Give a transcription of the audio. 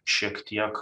šiek tiek